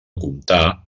comptar